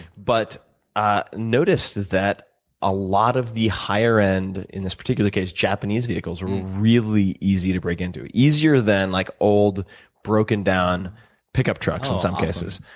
but ah noticed that a lot of the higher end, in this particular case japanese vehicles, were really easy to break into. easier than like old broken down pickup trucks, in some cases,